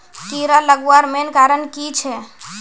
कीड़ा लगवार मेन कारण की छे?